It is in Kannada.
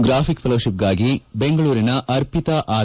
ಗ್ರಾಫಿಕ್ ಫೆಲೋಶಿಪ್ಗಾಗಿ ಬೆಂಗಳೂರಿನ ಅರ್ಪಿತ ಆರ್